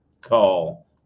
call